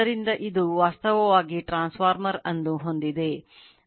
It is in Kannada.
ಆದ್ದರಿಂದ ಇದು ವಾಸ್ತವವಾಗಿ ಟ್ರಾನ್ಸ್ಫಾರ್ಮರ್ ಅನ್ನು ಹೊಂದಿದೆ